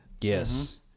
Yes